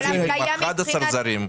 עם 11 זרים.